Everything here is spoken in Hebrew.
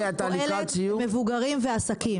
רשות החדשנות פועלת בקרב מבוגרים ועסקים.